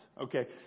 Okay